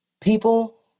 people